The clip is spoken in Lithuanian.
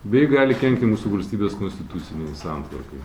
bei gali kenkti mūsų valstybės konstitucinei santvarkai